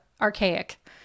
archaic